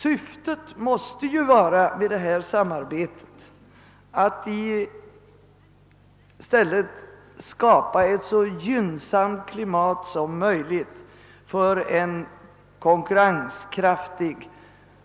Syftet med detta samarbete måste i stället vara att skapa ett så gynnsamt klimat som möjligt för en konkurrenskraftig